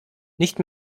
nicht